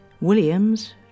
Williams